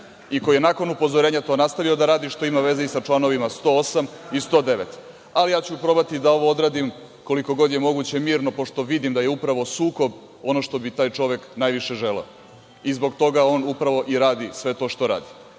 i koji je nakon upozorenja to nastavio da radi, što ima veze sa članovima 108. i 109, ali, ja ću probati da ovo odradim koliko god je mirno, pošto vidim da je upravo sukob ono što bi taj čovek najviše želeo, i zbog toga on upravo sve to što